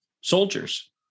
soldiers